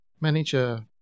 manager